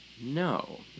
No